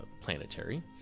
planetary